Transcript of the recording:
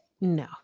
No